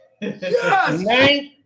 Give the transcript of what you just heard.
Yes